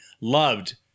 loved